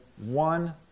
one